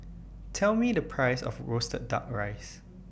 Tell Me The Price of Roasted Duck Rice